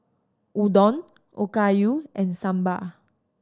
Udon Okayu and Sambar